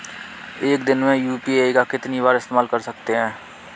एक दिन में यू.पी.आई का कितनी बार इस्तेमाल कर सकते हैं?